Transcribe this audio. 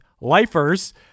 lifers